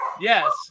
yes